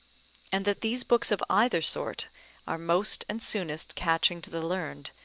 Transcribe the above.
and that these books of either sort are most and soonest catching to the learned,